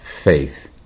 faith